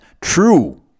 true